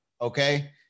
okay